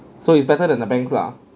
so it's better than the bank lah